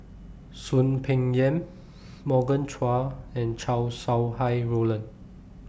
Soon Peng Yam Morgan Chua and Chow Sau Hai Roland